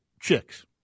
Chicks